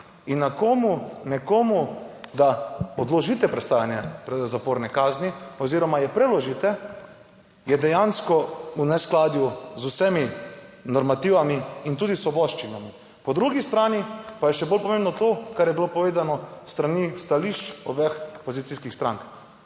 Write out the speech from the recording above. in nekomu, nekomu, da odložite prestajanje zaporne kazni oziroma je preložite, je dejansko v neskladju z vsemi normativi in tudi svoboščinami. Po drugi strani pa je še bolj pomembno to, kar je bilo povedano s strani stališč obeh opozicijskih strank,